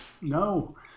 No